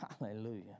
Hallelujah